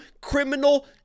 criminal